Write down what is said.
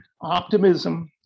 optimism